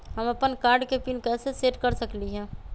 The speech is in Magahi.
हम अपन कार्ड के पिन कैसे सेट कर सकली ह?